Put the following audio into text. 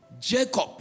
Jacob